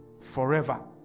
forever